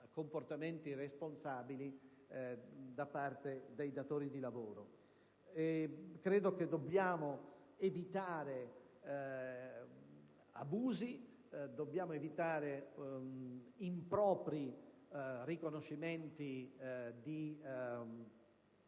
comportamenti irresponsabili da parte dei datori di lavoro. Credo che dobbiamo evitare abusi e impropri riconoscimenti di